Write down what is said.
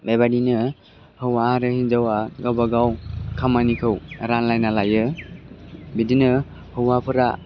बेबायदिनो हौवा आरो हिन्जावा गाबागाव खामानिखौ रानलायना लायो बिदिनो हौवाफोरा